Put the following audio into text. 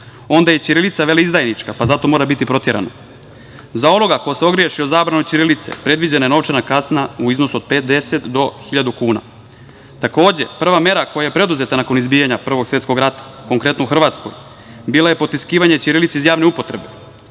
onda je ćirilica veleizdajnička pa zato mora biti proterana. Za onoga ko se ogreši o zabranu ćirilice, predviđena je novčana kazna u iznosu od 50 do 1.000 kuna".Takođe, prva mera koja je preduzeta nakon izbijanja Prvog svetskog rata, konkretno u Hrvatskoj, bila je potiskivanje ćirilice iz javne upotrebe.